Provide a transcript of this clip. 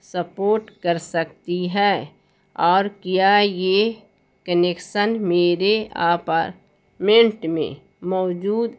support کر سکتی ہے اور کیا یہ کنیکشن میرے اپارٹمنٹ میں موجود